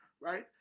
right